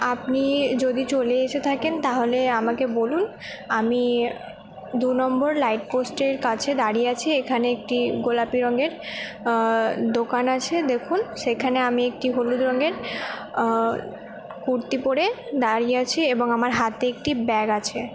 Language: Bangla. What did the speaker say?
আপনি যদি চলে এসে থাকেন তাহলে আমাকে বলুন আমি দু নম্বর লাইট পোস্টের কাছে দাঁড়িয়ে আছি এখানে একটি গোলাপি রঙের দোকান আছে দেখুন সেইখানে আমি একটি হলুদ রঙের কুর্তি পরে দাঁড়িয়ে আছি এবং আমার হাতে একটি ব্যাগ আছে